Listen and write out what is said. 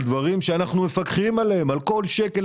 על כל שקל שאנחנו מוציאים בחינוך הממלכתי